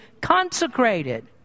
consecrated